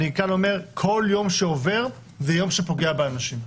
אני כאן אומר: כל יום שעובר זה יום שבפוגע באנשים.